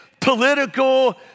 political